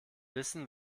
wissen